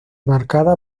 marcada